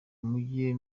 mujye